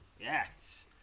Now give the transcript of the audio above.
Yes